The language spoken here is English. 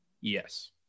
Yes